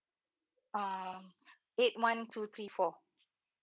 um eight one two three four